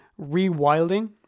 rewilding